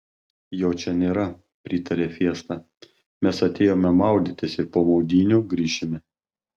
jo čia nėra pritarė fiesta mes atėjome maudytis ir po maudynių grįšime